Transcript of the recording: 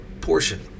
portion